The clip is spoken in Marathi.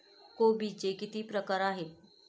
कोबीचे किती प्रकार आहेत?